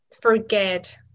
forget